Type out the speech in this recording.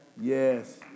Yes